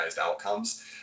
outcomes